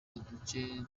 uduce